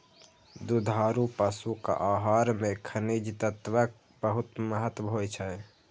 दुधारू पशुक आहार मे खनिज तत्वक बहुत महत्व होइ छै